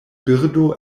birdo